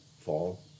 fall